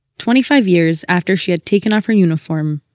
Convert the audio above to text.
twenty-five years after she had taken off her uniform,